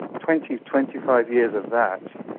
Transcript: twenty, twenty five years of that,